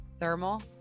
Thermal